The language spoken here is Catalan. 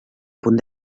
punt